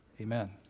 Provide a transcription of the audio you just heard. Amen